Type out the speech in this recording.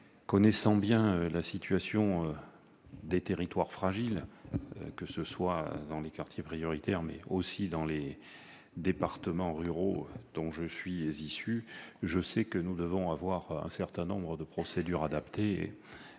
Connaissant bien la situation des territoires fragiles, dans les quartiers prioritaires mais aussi dans les départements ruraux, dont je suis issu, je sais que nous devons pouvoir nous appuyer sur un certain nombre de procédures adaptées.